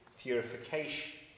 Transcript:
purification